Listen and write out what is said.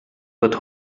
wird